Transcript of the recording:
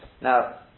Now